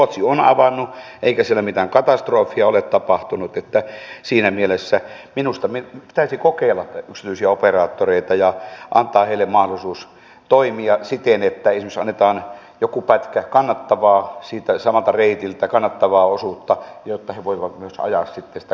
ruotsi on avannut eikä siellä mitään katastrofia ole tapahtunut niin että siinä mielessä minusta täytyy kokeilla yksityisiä operaattoreita ja antaa heille mahdollisuus toimia siten että esimerkiksi annetaan joku pätkä siltä samalta reitiltä kannattavaa osuutta jotta he voivat myös ajaa sitten sitä kannattamattomampaa osuutta